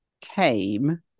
came